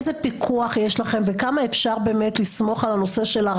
איזה פיקוח יש לכם ועד כמה אפשר לסמוך באמת על הרשם,